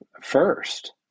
first